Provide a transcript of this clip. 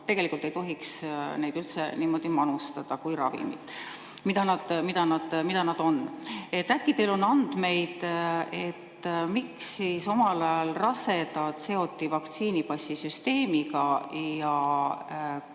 tegelikult ei tohiks neid üldse manustada kui ravimit, mida nad on. Äkki teil on andmeid, miks omal ajal rasedad seoti vaktsiinipassisüsteemiga ja